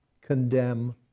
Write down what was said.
condemn